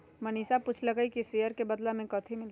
मनीषा पूछलई कि ई शेयर के बदला मे कथी मिलतई